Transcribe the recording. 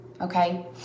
okay